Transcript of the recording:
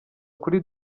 kuri